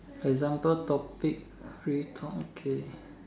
example topic free talk okay